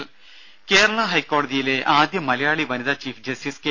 ദേദ കേരള ഹൈക്കോടതിയിലെ ആദ്യ മലയാളി വനിതാ ചീഫ് ജസ്റ്റിസ് കെ